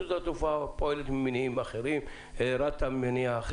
רשות שדות התעופה פועלת ממניעים אחרים,